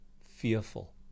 fearful